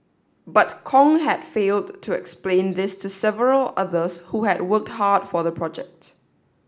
but Kong had failed to explain this to several others who had worked hard for the project